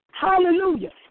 Hallelujah